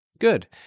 Good